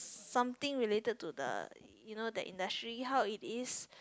something related to the you know the industry how it is